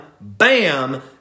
bam